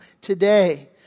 today